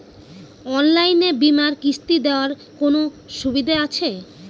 অনলাইনে বীমার কিস্তি দেওয়ার কোন সুবিধে আছে?